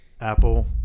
Apple